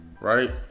right